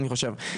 אני חושב.